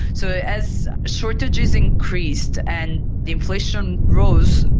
so as shortages increased and the inflation rose,